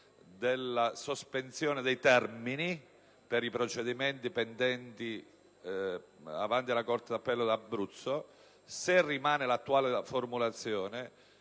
la sospensione dei termini per i procedimenti pendenti avanti la corte d'appello d'Abruzzo. Sulla base dell'attuale formulazione